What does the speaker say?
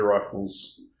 rifles